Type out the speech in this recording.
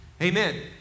Amen